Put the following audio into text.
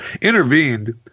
Intervened